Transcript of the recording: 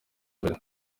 mbere